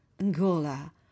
Angola